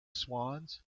swans